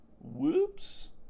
Whoops